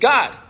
God